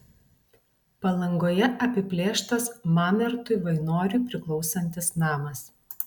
palangoje apiplėštas mamertui vainoriui priklausantis namas